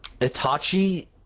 Itachi